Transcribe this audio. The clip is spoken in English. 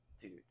dude